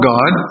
God